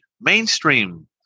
mainstream